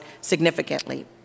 significantly